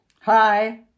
Hi